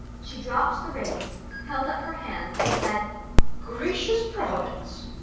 she dropped the reins, held up her hands, and said gracious providence!